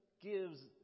gives